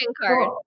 card